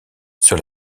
sur